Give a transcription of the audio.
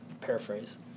Paraphrase